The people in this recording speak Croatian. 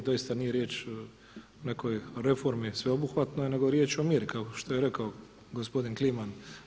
Doista nije riječ o nekoj reformi sveobuhvatnoj, nego je riječ o mjeri kao što je rekao gospodin Kliman.